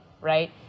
right